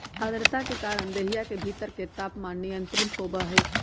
आद्रता के कारण देहिया के भीतर के तापमान नियंत्रित होबा हई